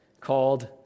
called